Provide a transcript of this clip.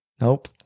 Nope